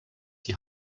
die